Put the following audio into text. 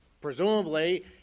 presumably